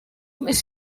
mes